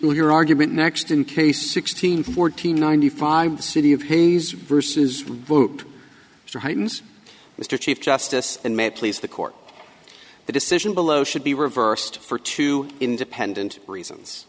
well your argument next in case sixteen fourteen ninety five the city of hayes versus revote for heightens mr chief justice and may please the court the decision below should be reversed for two independent reasons